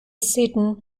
settler